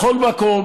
בכל מקום.